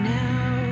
now